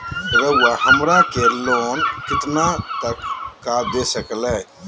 रउरा हमरा के लोन कितना तक का दे सकेला?